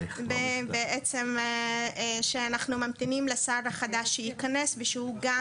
בעצם שאנחנו ממתינים לשר החדש שייכנס ושהוא גם